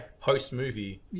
post-movie